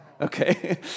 Okay